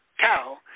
cow